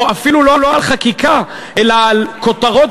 או אפילו לא על חקיקה אלא על כותרות